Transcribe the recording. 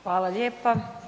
Hvala lijepa.